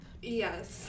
Yes